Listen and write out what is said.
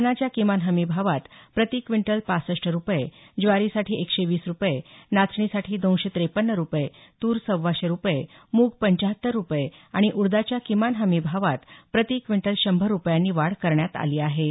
धानाच्या किमान हमी भावात प्रति क्विंटल पासष्ट रुपये ज्वारीसाठी एकशे वीस रुपये नाचणीसाठी दोनशे ट्रेपन्न रुपये तूर सव्वाशे रुपये मूग पंचाहत्तर रुपये आणि उडदाच्या किमान हमी भावात प्रति क्विंटल शंभर रुपयांनी वाढ करण्यात आली आहे